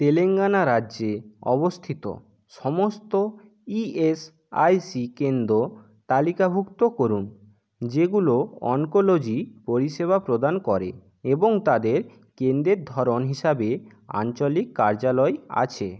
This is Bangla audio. তেলেঙ্গানা রাজ্যে অবস্থিত সমস্ত ই এস আই সি কেন্দ্র তালিকাভুক্ত করুন যেগুলো অনকোলজি পরিষেবা প্রদান করে এবং তাদের কেন্দ্রের ধরণ হিসাবে আঞ্চলিক কার্যালয় আছে